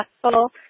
successful